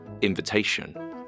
invitation